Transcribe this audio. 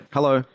Hello